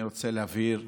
אני רוצה להבהיר,